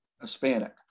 Hispanic